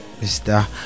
mr